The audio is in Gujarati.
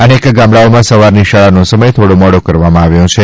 અનેક ગામડાઓમાં સવારની શાળાનો સમય થોડો મોડો કરવામાં આવ્યો છે